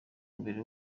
mbere